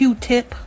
Q-Tip